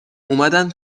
اومدن